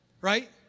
right